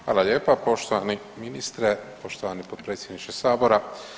Hvala lijepa poštovani ministre, poštovani potpredsjedniče Sabora.